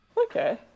Okay